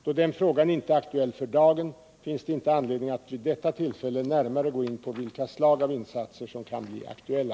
Då denna fråga inte är aktuell för dagen, finns det inte anledning att vid detta tillfälle närmare gå in på vilka slag av insatser som skulle kunna bli aktuella.